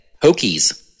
Hokies